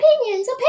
opinions